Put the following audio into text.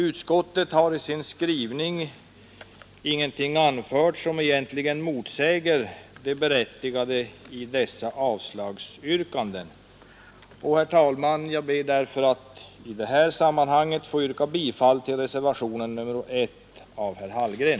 Utskottet har i sin skrivning ingenting anfört som egentligen motsäger det berättigade i dessa avslagsyrkanden. Herr talman! Jag ber därför att i det här sammanhanget få yrka bifall till reservationen 1 av herr Hallgren.